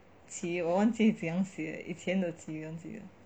琪我忘记怎样写以前的琪忘记了